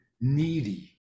needy